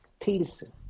Peterson